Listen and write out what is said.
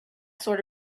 sort